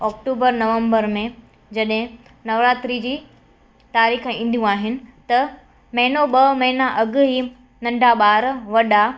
October November में जॾहिं नवरात्री जी तारीख़ ईंदियूं आहिनि त महिनो ॿ महिना अॻु ई नंढा ॿार वॾा